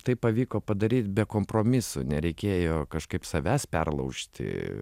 tai pavyko padaryt be kompromisų nereikėjo kažkaip savęs perlaužti